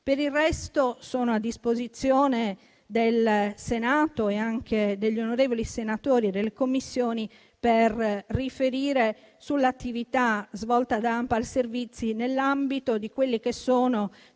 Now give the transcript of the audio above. Per il resto, sono a disposizione del Senato e anche degli onorevoli senatori e delle Commissioni per riferire sull'attività svolta da ANPAL Servizi SpA nell'ambito di tutti i